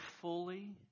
fully